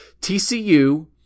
TCU